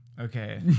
Okay